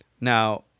now